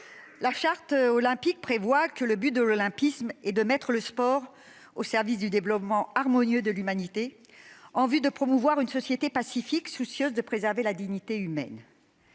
la Charte olympique, « le but de l'Olympisme est de mettre le sport au service du développement harmonieux de l'humanité en vue de promouvoir une société pacifique, soucieuse de préserver la dignité humaine